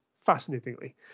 fascinatingly